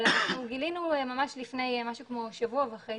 אבל אנחנו גילינו ממש לפני כשבוע וחצי,